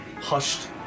hushed